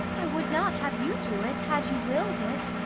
i would not have you do it, had you willed it,